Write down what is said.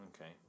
Okay